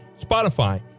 Spotify